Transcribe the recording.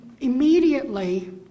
immediately